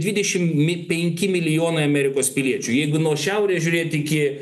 dvidešim mi penki milijonai amerikos piliečių jeigu nuo šiaurės žiūrėt iki